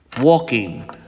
walking